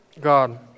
God